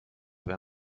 wenn